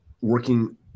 working